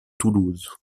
toulouse